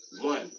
one